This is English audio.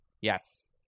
Yes